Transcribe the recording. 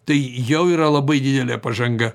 tai jau yra labai didelė pažanga